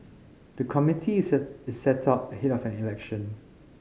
the committee is set is set up ahead of an election